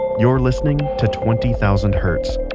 you're listening to twenty thousand hertz.